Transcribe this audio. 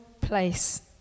place